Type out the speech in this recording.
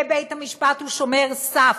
כי בית-המשפט הוא שומר סף,